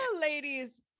Ladies